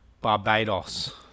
Barbados